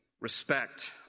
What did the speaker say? respect